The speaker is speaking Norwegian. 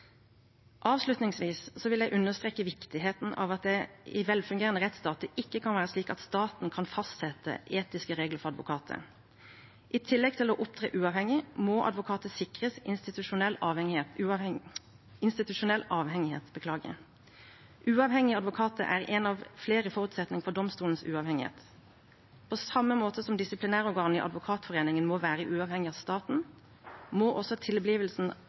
vil jeg understreke viktigheten av at det i velfungerende rettsstater ikke kan være slik at staten kan fastsette etiske regler for advokater. I tillegg til å opptre uavhengig må advokater sikres institusjonell uavhengighet. Uavhengige advokater er en av flere forutsetninger for domstolenes uavhengighet. På samme måte som disiplinærorganet i Advokatforeningen må være uavhengig av staten, må også tilblivelsen